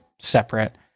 separate